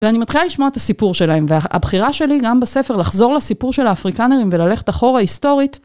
ואני מתחילה לשמוע את הסיפור שלהם והבחירה שלי גם בספר לחזור לסיפור של האפריקאנרים וללכת אחורה היסטורית.